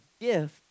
gift